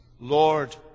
Lord